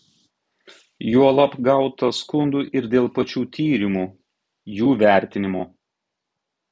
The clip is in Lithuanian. juolab gauta skundų ir dėl pačių tyrimų jų vertinimo